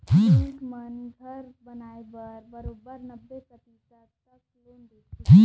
bank मन घर बनाए बर बरोबर नब्बे परतिसत तक के लोन देथे